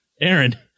Aaron